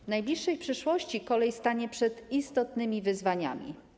W najbliższej przyszłości kolej stanie przed istotnymi wyzwaniami.